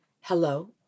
hello